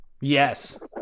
Yes